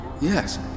Yes